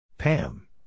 Pam